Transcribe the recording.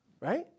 right